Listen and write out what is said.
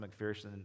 McPherson